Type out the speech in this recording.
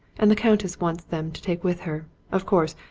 and the countess wants them to take with her. of course,